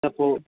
त पोइ